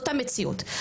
זאת המציאות.